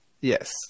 Yes